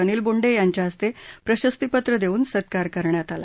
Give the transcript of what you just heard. अनिल बोंडे यांच्या हस्ते प्रशस्तिपत्र देऊन सत्कार करण्यात आला